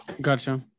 Gotcha